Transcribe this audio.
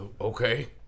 Okay